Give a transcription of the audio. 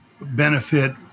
benefit